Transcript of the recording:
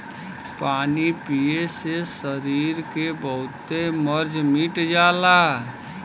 पानी पिए से सरीर के बहुते मर्ज मिट जाला